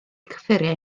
cyffuriau